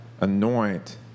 anoint